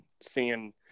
seeing